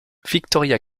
victoria